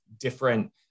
different